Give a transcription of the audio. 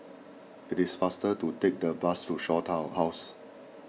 it is faster to take the bus to Shaw Tower House